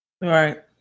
Right